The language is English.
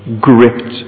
gripped